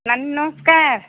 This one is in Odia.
ନାନୀ ନମସ୍କାର